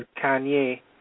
Kanye